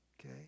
Okay